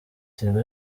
tigo